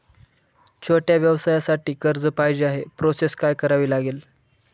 छोट्या व्यवसायासाठी कर्ज पाहिजे आहे प्रोसेस काय करावी लागेल?